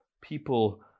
People